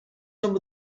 some